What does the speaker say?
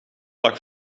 lag